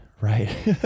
Right